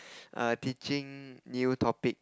err teaching new topic